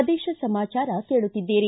ಪ್ರದೇಶ ಸಮಾಚಾರ ಕೇಳುತ್ತಿದ್ದೀರಿ